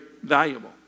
Valuable